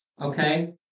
okay